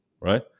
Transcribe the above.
right